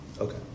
okay